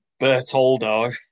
Bertoldo